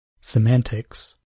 semantics